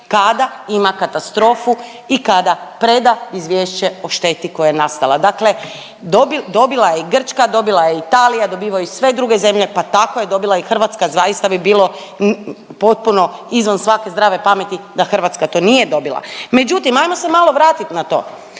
kada ima katastrofu i kada preda izvješće o šteti koja je nastala. Dakle, dobila je i Grčka, dobila je i Italija, dobivaju i sve druge zemlje pa tako je dobila i Hrvatska. Zaista bi bilo potpuno izvan svake zdrave pameti da Hrvatska to nije dobila. Međutim, ajmo se malo vratit na to,